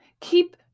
Keep